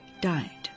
died